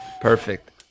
Perfect